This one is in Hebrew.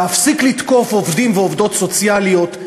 להפסיק לתקוף עובדים ועובדות סוציאליות.